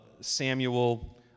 Samuel